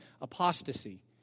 apostasy